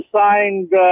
signed